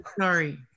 sorry